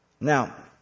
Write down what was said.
Now